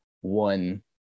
one